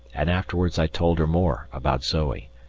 and afterwards i told her more about zoe,